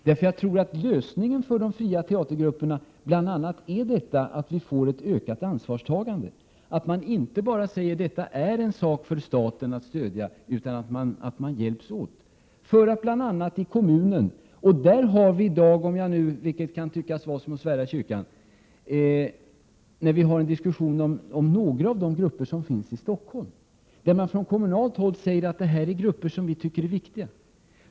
Jag tror nämligen att lösningen för de fria teatergrupperna bl.a. ligger i detta att vi får ett ökat ansvarstagande, att man hjälps åt i stället för att bara säga att detta är en sak för staten att stödja. Om jag nu får redovisa något av den diskussion som i dag förs beträffande några av de fria grupper som finns i Stockholm — vilket kan tyckas vara som att svära i kyrkan — kan jag nämna att man där från kommunalt håll anser att dessa grupper är viktiga.